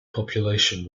population